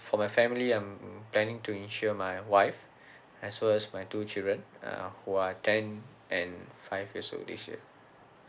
for my family I'm planning to insure my wife as well as my two children uh who are ten and five years old this year